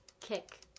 Kick